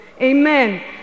Amen